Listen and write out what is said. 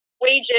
wages